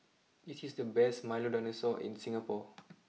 this is the best Milo dinosaur in Singapore